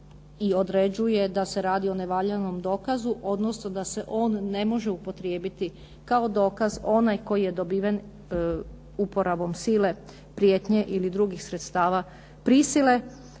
i određuje da se radi o nevaljanom dokazu, odnosno da se on ne može upotrijebiti kao dokaz onaj koji je dobiven uporabom sile, prijetnje ili drugih sredstava prisile.